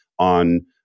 On